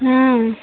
हाँ